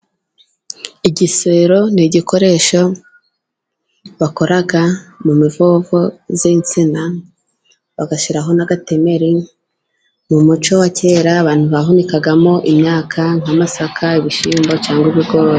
Igisero n'igikoresho bakora mu mivovo z'insina bagashyiraho n'agatemeri. Mu muco wa kera abantu bahunikagamo imyaka nk'amasaka ibishimbo cyangwa ibigori..